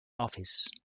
office